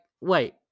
wait